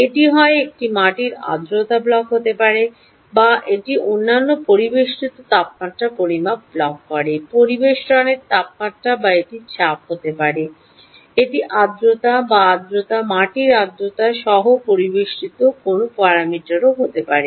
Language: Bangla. এটি হয় একটি মাটির আর্দ্রতা ব্লক হতে পারে বা এটি অন্যান্য পরিবেষ্টিত তাপমাত্রা পরিমাপ ব্লক পরিবেষ্টনের তাপমাত্রা বা এটি চাপ হতে পারে এটি আর্দ্রতা বা আর্দ্রতা মাটির আর্দ্রতা সহ পরিবেষ্টিত কোনও প্যারামিটার হতে পারে